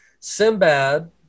simbad